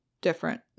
different